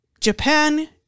Japan